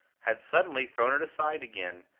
had suddenly thrown it aside again,